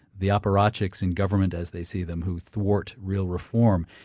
the apparatchiks in government, as they see them, who thwart real reform.